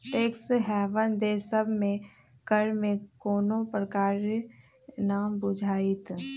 tax haven देश सभ में कर में कोनो प्रकारे न बुझाइत